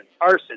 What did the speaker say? Arson